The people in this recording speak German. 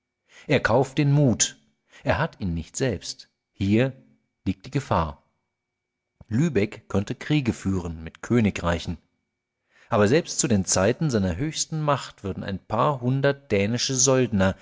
er kauft den mut er hat ihn nicht selbst und hier liegt die gefahr lübeck konnte kriege führen mit königreichen aber selbst zu den zeiten seiner höchsten macht würden ein paar hundert dänische